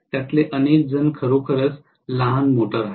त्यातले अनेक जण खरोखरच लहान मोटर आहेत